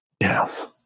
Yes